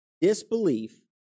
disbelief